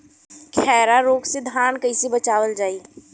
खैरा रोग से धान कईसे बचावल जाई?